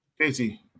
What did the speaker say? Casey